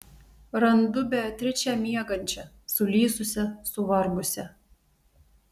randu beatričę miegančią sulysusią suvargusią